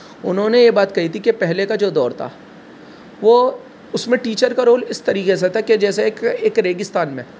انہوں نے یہ بات کہی تھی کہ پہلے کا جو دور تھا وہ اس میں ٹیچر کا رول اس طریقے سے تھا کہ جیسے ایک ایک ریگستان میں